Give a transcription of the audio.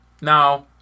Now